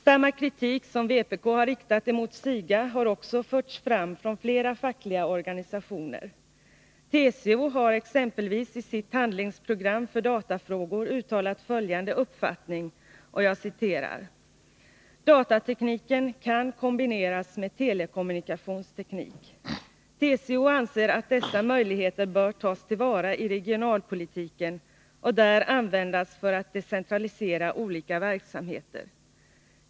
Samma kritik som vpk har riktat emot SIGA har också förts fram från flera fackliga organisationer. TCO har exempelvis i sitt handlingsprogram för datafrågor uttalat följande uppfattning: ”Datatekniken kan kombineras med telekommunikationsteknik. TCO anser att dessa möjligheter bör tas tillvara i regionalpolitiken och där användas för att decentralisera olika verksamheter.